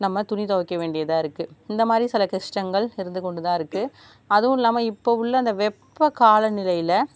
நம்ம துணி துவைக்க வேண்டியதாக இருக்கு இந்த மாதிரி சில கஷ்டங்கள் இருந்து கொண்டு தான் இருக்கு அதுவும் இல்லாமல் இப்போ உள்ள அந்த வெப்ப கால நிலையில்